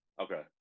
Okay